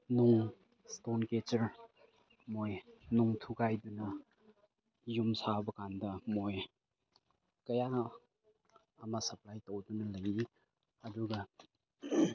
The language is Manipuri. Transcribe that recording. ꯅꯨꯡ ꯏꯁꯇꯦꯟ ꯀ꯭ꯔꯦꯆꯔ ꯃꯣꯏ ꯅꯨꯡ ꯊꯨꯒꯥꯏꯗꯨꯅ ꯌꯨꯝ ꯁꯥꯕꯀꯥꯟꯗ ꯃꯣꯏ ꯀꯌꯥ ꯑꯃ ꯁꯞꯄ꯭ꯂꯥꯏ ꯇꯧꯗꯨꯅ ꯂꯩ ꯑꯗꯨꯒ